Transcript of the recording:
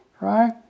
right